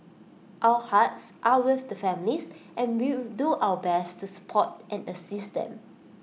our hearts are with the families and will do our best to support and assist them